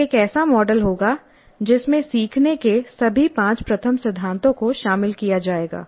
यह एक ऐसा मॉडल होगा जिसमें सीखने के सभी पांच प्रथम सिद्धांतों को शामिल किया जाएगा